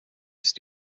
ist